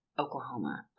Oklahoma